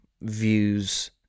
views